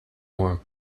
more